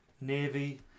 navy